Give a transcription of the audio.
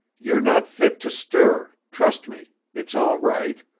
you're not fit to stir. trust me. it's all right.